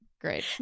Great